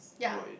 why